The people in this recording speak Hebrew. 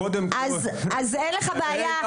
אז אין לך בעיה,